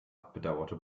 bedauerte